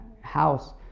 house